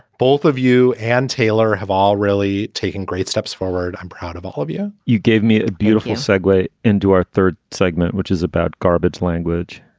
both of you and taylor have all really taken great steps forward. i'm proud of all of you you gave me a beautiful segway into our third segment, which is about garbages language.